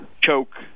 choke